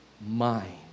mind